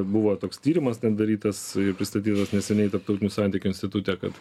buvo toks tyrimas ten darytas ir pristatytas neseniai tarptautinių santykių institute kad